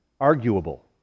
Arguable